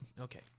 Okay